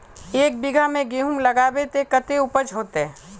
एक बिगहा में गेहूम लगाइबे ते कते उपज होते?